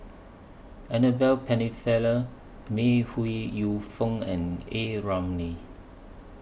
Annabel Pennefather May Ooi Yu Fen and A Ramli